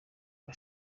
uwa